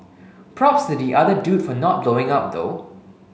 props to the other dude for not blowing up though